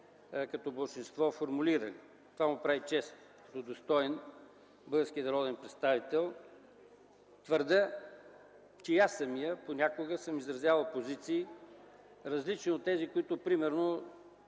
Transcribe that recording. като мнозинство сме формулирали. Това му прави чест като достоен български народен представител. Твърдя, че понякога и аз самият съм изразявал позиции, различни от тези, които примерно